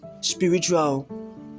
spiritual